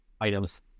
items